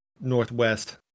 northwest